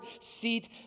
seat